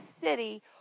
city